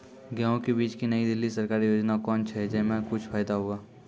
गेहूँ के बीज की नई दिल्ली सरकारी योजना कोन छ जय मां कुछ फायदा हुआ?